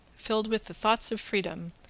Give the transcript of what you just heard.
filled with the thoughts of freedom,